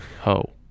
ho